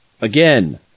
Again